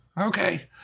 Okay